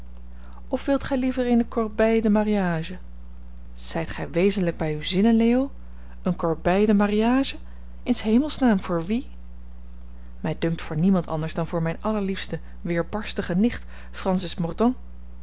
of wilt gij liever eene corbeille de mariage zijt gij wezenlijk bij uw zinnen leo eene corbeille de mariage in s hemels naam voor wie mij dunkt voor niemand anders dan voor mijne allerliefste weerbarstige nicht francis